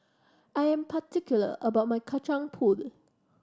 I'm particular about my Kacang Pool